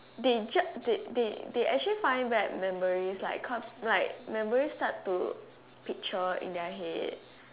they just they they they actually find back memories like come like memories start to picture in their head